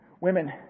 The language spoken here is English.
Women